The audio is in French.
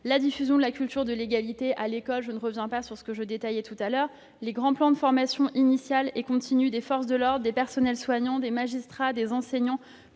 la diffusion de la culture de l'égalité à l'école, je n'y reviens pas, sur les grands plans de formation initiale et continue des forces de l'ordre, des personnels soignants, des magistrats, des enseignants,